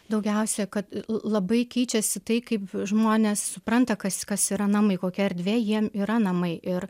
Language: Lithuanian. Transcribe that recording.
daugiausiai kad e labai keičiasi tai kaip žmonės supranta kas kas yra namai kokia erdvė jiem yra namai ir